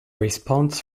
response